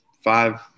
five